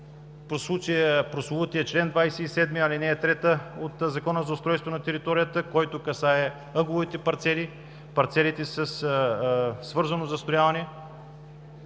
прословутият чл. 27, ал. 3 от Закона за устройството на територията, който касае ъгловите парцели, парцелите със свързано застрояване,